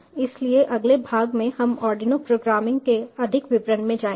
इसलिए अगले भाग में हम आर्डिनो प्रोग्रामिंग के अधिक विवरण में जाएंगे